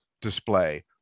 display